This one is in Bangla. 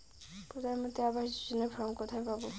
প্রধান মন্ত্রী আবাস যোজনার ফর্ম কোথায় পাব?